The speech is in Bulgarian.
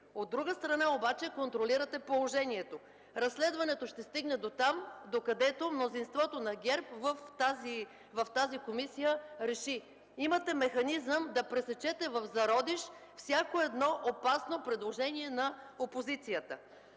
От друга страна обаче, контролирате положението. Разследването ще стигне дотам, докъдето мнозинството на ГЕРБ в тази комисия реши. Имате механизъм да пресечете в зародиш всяко едно опасно предложение на опозицията